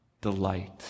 delight